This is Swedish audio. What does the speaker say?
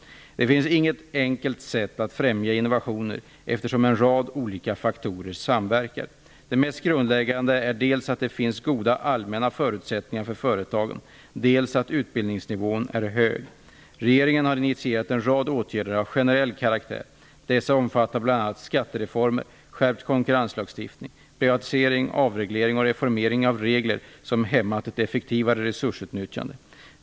Det finns inget enkelt sätt att främja innovationer, eftersom en rad olika faktorer samverkar. Det mest grundläggande är dels att det finns goda allmänna förutsättningar för företagen, dels att utbildningsnivån är hög. Regeringen har initierat en rad åtgärder av generell karaktär. Dessa omfattar bl.a. skattereformer, skärpt konkurrenslagstiftning, privatisering, avreglering och reformering av regler som hämmat ett effektivare resursutnyttjande.